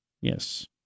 yes